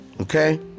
Okay